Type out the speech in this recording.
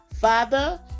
Father